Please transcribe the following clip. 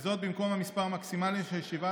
וזאת במקום המספר המקסימלי של 17,